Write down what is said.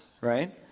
right